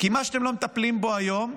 כי מה שאתם לא מטפלים בו היום,